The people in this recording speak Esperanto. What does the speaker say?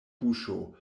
buŝo